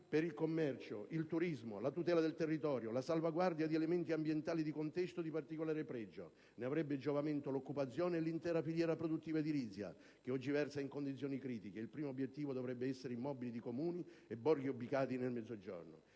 il commercio, il turismo, la tutela del territorio, la salvaguardia di elementi ambientali in contesti di particolare pregio. *(Il microfono si disattiva automaticamente)*. Ne avrebbero giovamento l'occupazione e l'intera filiera produttiva edilizia, che oggi versa in condizioni critiche. Il primo obiettivo dovrebbero essere immobili di Comuni e borghi ubicati nel Mezzogiorno.